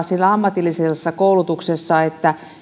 siellä ammatillisessa koulutuksessa erottaa